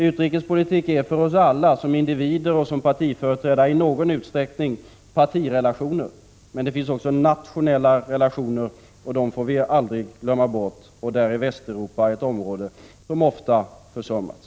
Utrikespolitik för oss som individer och som partiföreträdare betyder partirelationer, men det finns också nationella relationer, och dem får vi aldrig glömma bort. Där är Västeuropa ett område som ofta försummats.